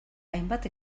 hainbat